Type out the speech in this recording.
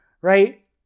Right